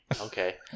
Okay